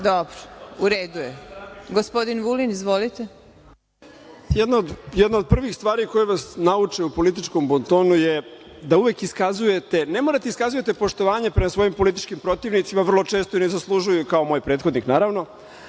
izvolite. **Aleksandar Vulin** Jedna od prvih stvari koje vas nauče o političkom bontonu je da uvek iskazujete, ne morate da iskazujete poštovanje prema svojim političkim protivnicima, vrlo često ne zaslužuju, kao moj prethodnik, naravno,